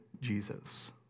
Jesus